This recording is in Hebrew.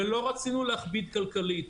ולא רצינו להכביד כלכלית.